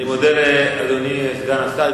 אני מודה לסגן השר.